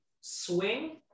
swing